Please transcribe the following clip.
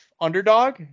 underdog